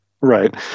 Right